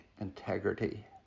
integrity